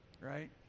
right